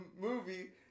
movie